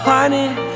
Honey